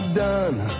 done